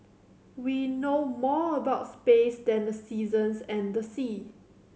we know more about space than the seasons and the sea